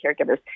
caregivers